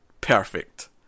perfect